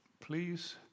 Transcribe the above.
please